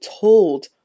told